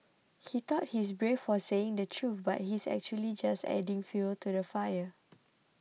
he thought he's brave for saying the truth but he's actually just adding fuel to the fire